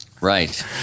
Right